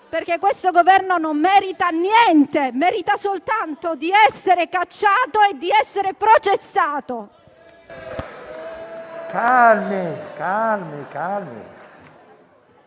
perché questo Governo non merita niente. Merita soltanto di essere cacciato e di essere processato! *(Commenti)*.